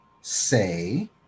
say